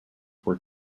were